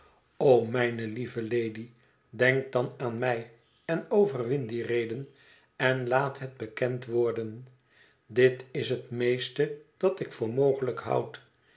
o mijne lieve lady denk dan aan mij en overwin die reden en laat het bekend worden dit is het meeste dat ik voor mogelijk houd